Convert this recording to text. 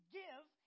give